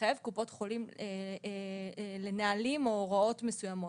לחייב קופות חולים לנהלים או הוראות מסוימות.